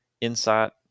Insight